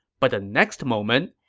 but the next moment,